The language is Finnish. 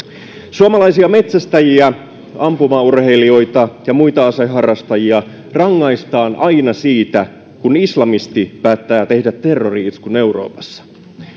suomalaisia metsästäjiä ampumaurheilijoita ja muita aseharrastajia rangaistaan aina siitä kun islamisti päättää tehdä terrori iskun euroopassa